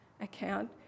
account